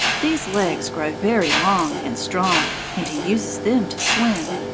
these legs grow very long and strong, and he uses them to swim.